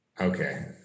okay